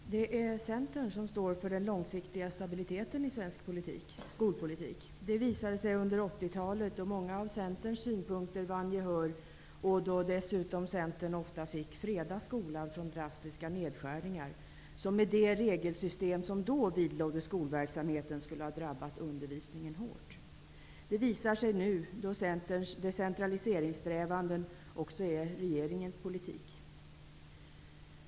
Herr talman! Det är Centern som står för den långsiktiga stabiliteten i svensk skolpolitik. Detta visade sig under 1980-talet då många av Centerns synpunkter vann gehör och då dessutom Centern ofta fick freda skolan från drastiska nedskärningar, som med det regelsystem som då vidlådde skolverksamheten skulle ha drabbat undervisningen hårt. Det visar sig nu när Centerns decentraliseringssträvanden också är regeringens politik.